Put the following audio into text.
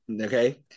okay